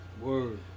word